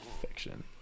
Fiction